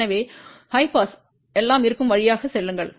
எனவே உயர் பாஸில் எல்லாம் இருக்கும் வழியாக செல்லுங்கள்